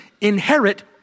inherit